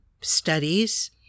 studies